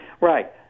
Right